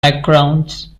backgrounds